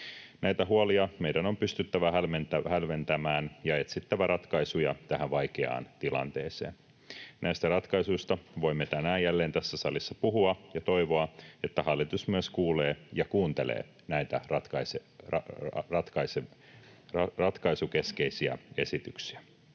Näitä huolia meidän on pystyttävä hälventämään ja etsittävä ratkaisuja tähän vaikeaan tilanteeseen. Näistä ratkaisuista voimme tänään jälleen tässä salissa puhua ja toivoa, että hallitus myös kuulee ja kuuntelee näitä ratkaisukeskeisiä esityksiä.